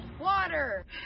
Water